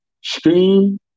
steam